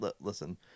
listen